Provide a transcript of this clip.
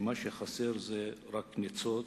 שמה שחסר זה רק ניצוץ.